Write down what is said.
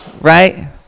Right